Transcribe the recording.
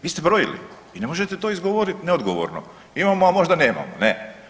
Vi ste brojili i ne možete to izgovoriti neodgovorno, imamo a možda nemamo, ne.